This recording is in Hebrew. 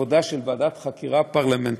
עבודה של ועדת חקירה פרלמנטרית